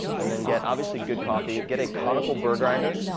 and then get, obviously, good coffee. get a conical burr grinder,